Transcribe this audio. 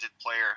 player